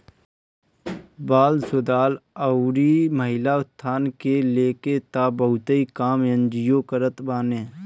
बाल सुधार अउरी महिला उत्थान के लेके तअ बहुते काम एन.जी.ओ करत बाने